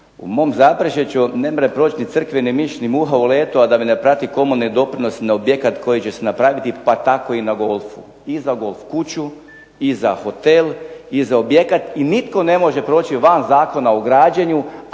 U mom Zaprešiću nemre proći ni crkveni miš, ni muha u letu a da me ne prati komunalni doprinos na objekat koji će se napraviti pa tako i na golfu, i za golf kuću, i za hotel, i za objekat i nitko ne može proći van zakona u građenju,